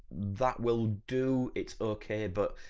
that will do, it's okay but